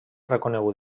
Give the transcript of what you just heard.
reconegut